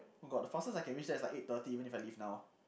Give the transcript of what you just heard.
oh god the fastest I can reach there is like eight thirty even if I leave now